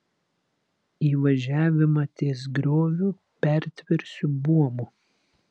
įvažiavimą ties grioviu pertversiu buomu